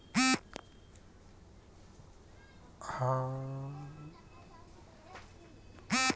हमरा एक एकरऽ सऽ अधिक जमीन या कृषि ऋण केतना पैसा हमरा मिल सकत?